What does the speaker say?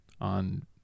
on